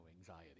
anxiety